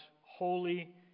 holy